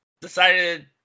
decided